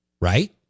right